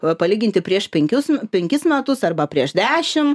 va palyginti prieš penkius penkis metus arba prieš dešim